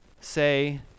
say